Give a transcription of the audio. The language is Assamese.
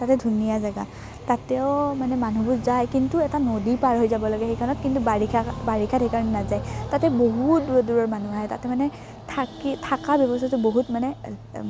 তাতে ধুনীয়া জেগা তাতেও মানে মানুহবোৰ যায় কিন্তু এটা নদী পাৰ হৈ যাব লাগে সেইখনত কিন্তু বাৰিষা বাৰিষাত সেইকাৰণে নাযায় তাতে বহুত দূৰৰ দূৰৰ মানুহ আহে তাতে মানে থাকি থাকা ব্যৱস্থাটো বহুত মানে